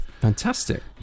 fantastic